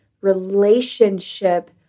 relationship